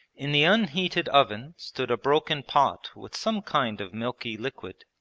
in the unheated oven stood a broken pot with some kind of milky liquid.